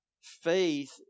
faith